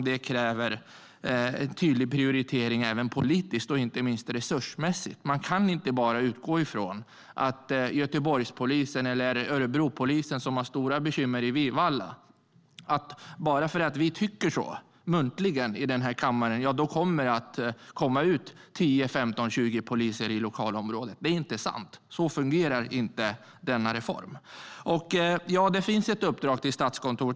Det krävs en tydlig prioritering även politiskt, inte minst resursmässigt. Man kan inte utgå ifrån att det kommer att komma ut 10, 15 eller 20 poliser i lokalområdet i Göteborg eller Örebro, som har stora bekymmer i Vivalla, bara för att vi tycker så muntligen i den här kammaren. Det är inte sant - så fungerar inte reformen. Ja, det finns ett uppdrag till Statskontoret.